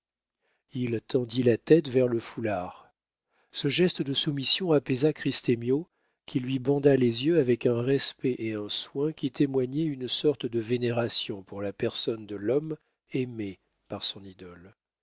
il tendit la tête vers le foulard ce geste de soumission apaisa christemio qui lui banda les yeux avec un respect et un soin qui témoignaient une sorte de vénération pour la personne de l'homme aimé par son idole